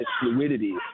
fluidity